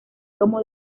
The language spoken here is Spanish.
como